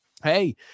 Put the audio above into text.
Hey